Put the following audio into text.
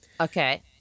Okay